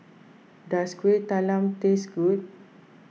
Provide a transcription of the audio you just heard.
does Kueh Talam taste good